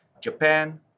Japan